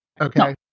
okay